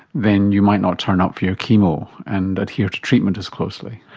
then you might not turn up for your chemo and adhere to treatment as closely.